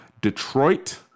Detroit